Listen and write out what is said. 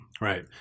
Right